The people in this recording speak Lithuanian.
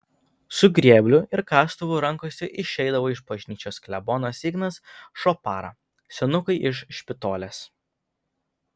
su grėbliu ir kastuvu rankose išeidavo iš bažnyčios klebonas ignas šopara senukai iš špitolės